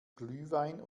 glühwein